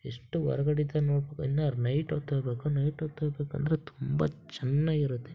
ಎಷ್ಟು ಹೊರ್ಗಡೆಯಿದ್ದ ನೋಡ್ಬೇಕು ಏನಾದ್ರ್ ನೈಟ್ ಹೊತ್ತು ಹೋಬೇಕ್ ನೈಟ್ ಹೊತ್ತ್ ಹೋಗ್ಬೇಕಂದ್ರೆ ತುಂಬ ಚೆನ್ನಾಗಿರುತ್ತೆ